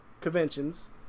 conventions